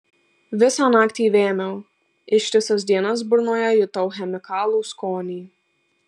visą naktį vėmiau ištisas dienas burnoje jutau chemikalų skonį